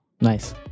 Nice